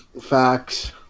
Facts